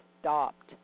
stopped